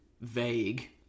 vague